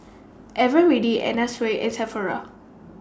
Eveready Anna Sui and Sephora